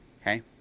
okay